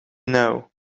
know